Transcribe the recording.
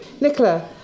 nicola